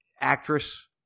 actress